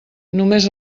només